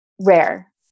rare